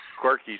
quirky